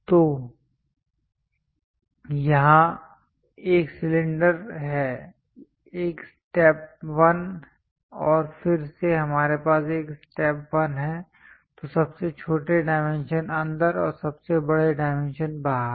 तो यहाँ यह एक सिलेंडर है एक स्टेप 1 और फिर से हमारे पास एक स्टेप 1 है तो सबसे छोटे डायमेंशन अंदर और सबसे बड़े डायमेंशन बाहर